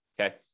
okay